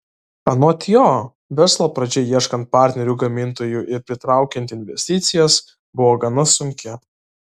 anot jo verslo pradžia ieškant partnerių gamintojų ir pritraukiant investicijas buvo gana sunki